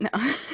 no